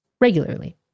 regularly